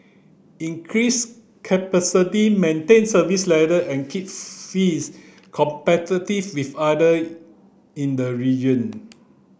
increase capacity maintain service level and keep fees competitive with other in the region